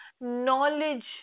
knowledge